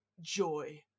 joy